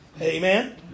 Amen